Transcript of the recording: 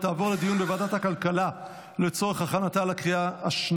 לוועדת הכלכלה נתקבלה.